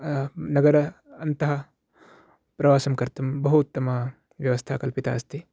नगर अन्तः प्रवासं कर्तुं बहु उत्तम व्यवस्था कल्पिता अस्ति